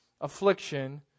affliction